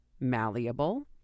malleable